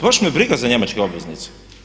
Baš me briga za njemačke obveznice.